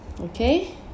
okay